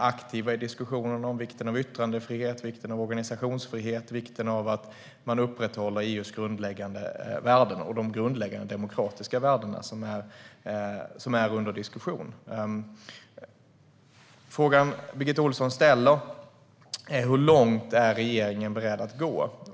aktiva i diskussionerna om vikten av yttrandefrihet, vikten av organisationsfrihet och vikten av att man upprätthåller EU:s grundläggande värden och de grundläggande demokratiska värden som är under diskussion.Frågan som Birgitta Ohlsson ställer är hur långt regeringen är beredd att gå.